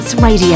Radio